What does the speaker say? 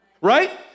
Right